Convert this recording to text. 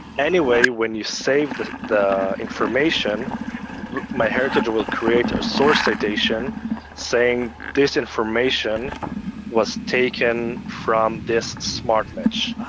anyway when you save the the information myheritage will create a source citation saying this information was taken from this smart match.